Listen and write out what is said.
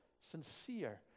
sincere